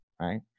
Right